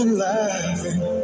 laughing